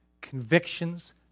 convictions